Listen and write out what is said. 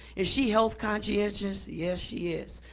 is she health conscientious? yes, she is.